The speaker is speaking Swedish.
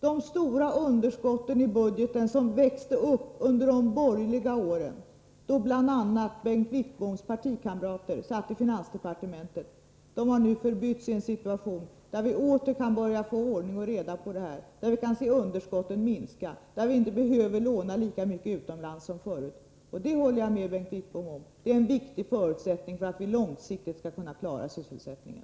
De stora underskotten i budgeten som växte upp under de borgerliga åren, då bl.a. Bengt Wittboms partikamrater satt i finansdepartementet, har nu förbytts i en situation där vi åter kan börja få ordning på det här och kan se underskotten minska. Vi behöver inte låna lika mycket utomlands som förut, och jag håller med Bengt Wittbom om att detta är en viktig förutsättning för att vi långsiktigt skall kunna klara sysselsättningen.